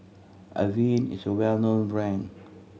Avene is a well known brand